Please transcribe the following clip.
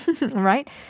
right